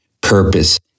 purpose